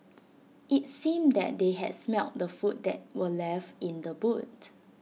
IT seemed that they had smelt the food that were left in the boot